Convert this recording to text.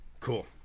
Cool